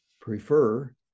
prefer